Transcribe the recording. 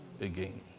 again